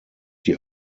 die